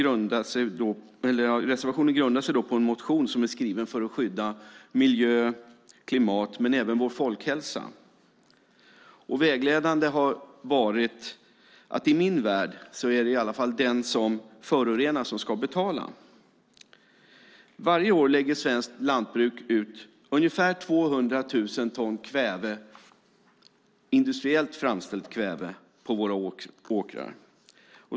Reservationen grundar sig på en motion som är skriven för att skydda miljö, klimat och även vår folkhälsa. Vägledande har varit, i alla fall i min värld, att det är den som förorenar som ska betala. Varje år lägger svenskt lantbruk ut ungefär 200 000 ton industriellt framställt kväve på våra åkrar.